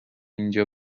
اینجا